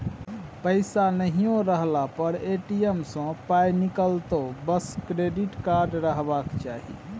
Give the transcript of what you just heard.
पैसा नहियो रहला पर ए.टी.एम सँ पाय निकलतौ बस क्रेडिट कार्ड रहबाक चाही